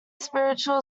spiritual